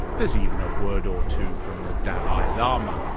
there's even a word or two from the dalai lama.